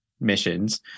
missions